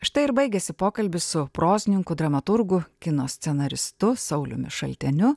štai ir baigėsi pokalbis su prozininku dramaturgu kino scenaristu sauliumi šalteniu